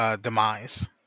demise